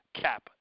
cap